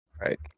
right